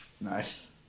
Nice